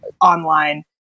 online